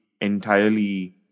entirely